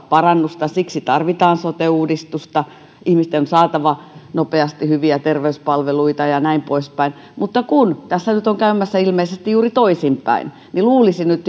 parannusta ja siksi tarvitaan sote uudistusta ihmisten on saatava nopeasti hyviä terveyspalveluita ja näin poispäin mutta kun tässä nyt on käymässä ilmeisesti juuri toisinpäin niin luulisi että nyt